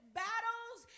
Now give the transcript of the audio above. battles